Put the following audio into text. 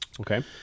Okay